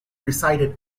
recited